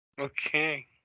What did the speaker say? Okay